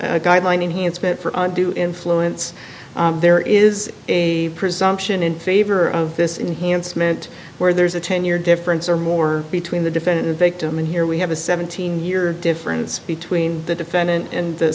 a guideline enhancement for do influence there is a presumption in favor of this enhanced meant where there's a ten year difference or more between the defendant and victim and here we have a seventeen year difference between the defendant and